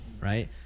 Right